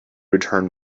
return